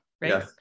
right